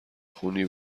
خونی